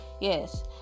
yes